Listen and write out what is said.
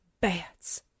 bats